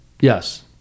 Yes